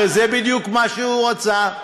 הרי זה בדיוק מה שהוא רצה.